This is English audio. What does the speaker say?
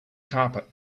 carpet